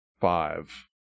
five